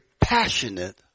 passionate